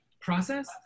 process